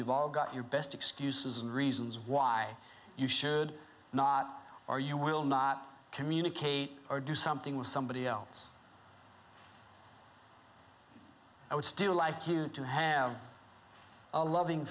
you've all got your best excuses and reasons why you should not or you will not communicate or do something with somebody else i would still like you to have a loving